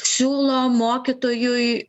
siūlo mokytojui